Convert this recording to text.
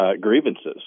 grievances